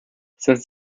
since